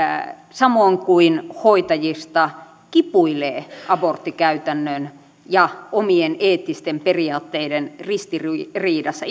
samoin kuin hoitajista kipuilee aborttikäytännön ja omien eettisten periaatteiden ristiriidassa